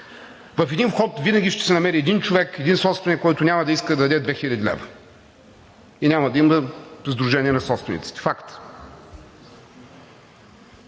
В един вход винаги ще се намери един човек, един собственик, който няма да иска да даде 2000 лв., и няма да има Сдружение на собствениците. Факт.